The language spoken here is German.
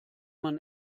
man